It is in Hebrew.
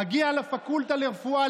מגיע לפקולטה לרפואה,